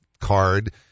card